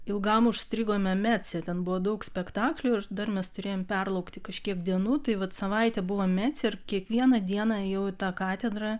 ilgam užstrigome mece ten buvo daug spektaklių ir dar mes turėjom perlaukti kažkiek dienų tai vat savaitę buvom mece ir kiekvieną dieną ėjau į tą katedrą